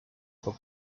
for